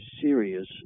serious